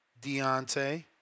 Deontay